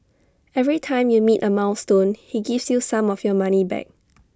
every time you meet A milestone he gives you some of your money back